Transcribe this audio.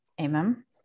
Amen